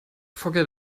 forget